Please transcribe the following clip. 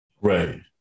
Right